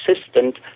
assistant